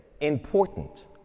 important